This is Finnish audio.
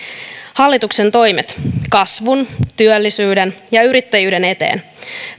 hallituksen toimet kasvun työllisyyden ja yrittäjyyden eteen